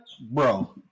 bro